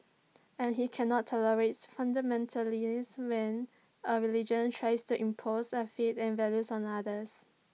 and he cannot tolerates fundamentalists when A religion tries to impose A faith and values on others